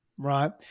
Right